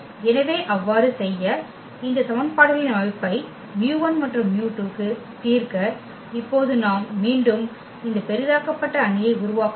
எனவே அவ்வாறு செய்ய இந்த சமன்பாடுகளின் அமைப்பை μ1 மற்றும் μ2 க்கு தீர்க்க இப்போது நாம் மீண்டும் இந்த பெரிதாக்கப்பட்ட அணியை உருவாக்க வேண்டும்